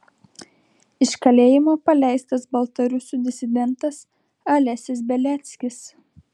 iš kalėjimo paleistas baltarusių disidentas alesis beliackis